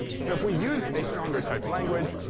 so if we use a stronger type language,